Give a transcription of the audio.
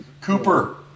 Cooper